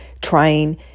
trying